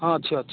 ହଁ ଅଛି ଅଛି